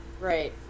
Right